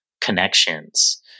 connections